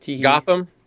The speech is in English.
Gotham